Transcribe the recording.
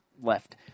left